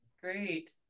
Great